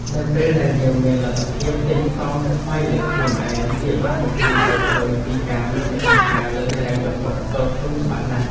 នៅពេលដែលយើងមានលទ្ធភាពទិញកង់ថ្មីដោយខ្លួនឯងវាបានបង្ហាញឱ្យឃើញពីការមានម្ចាស់ការលើហិរញ្ញវត្ថុផ្ទាល់ខ្លួនច្បាស់ណាស់។